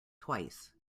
twice